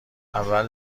اول